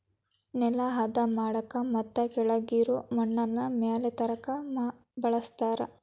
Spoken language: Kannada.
ನೆಲಾ ಹದಾ ಮಾಡಾಕ ಮತ್ತ ಕೆಳಗಿರು ಮಣ್ಣನ್ನ ಮ್ಯಾಲ ತರಾಕ ಬಳಸ್ತಾರ